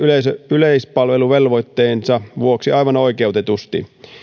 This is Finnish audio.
yleispalveluvelvoitteensa vuoksi aivan oikeutetusti